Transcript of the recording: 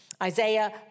Isaiah